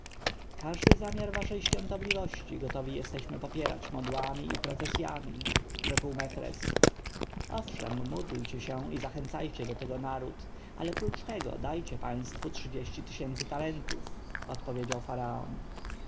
każdy zamiar waszej świątobliwości gotowi jesteśmy popierać modłami i procesjami rzekł mefres owszem módlcie się i zachęcajcie do tego naród ale prócz tego dajcie państwu trzydzieści tysięcy talentów odpowiedział faraon